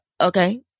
okay